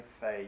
faith